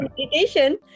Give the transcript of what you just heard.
meditation